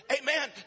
Amen